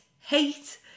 hate